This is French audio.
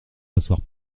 asseoir